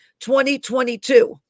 2022